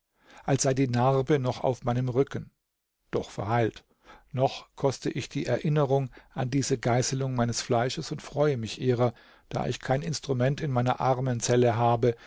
als sei die narbe noch auf meinem rücken doch verheilt noch koste ich die erinnerung an diese geißelung meines fleisches und freue mich ihrer da ich kein instrument in meiner armen zelle habe